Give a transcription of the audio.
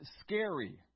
scary